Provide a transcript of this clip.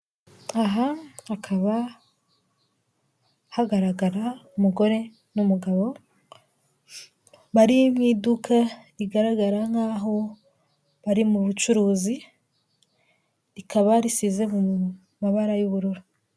Aha hakaba hagaragara umugore n'umugabo bari mu iduka rigaragara nkaho bari mu bucuruzi rikaba risize mu mabara y'ubururu.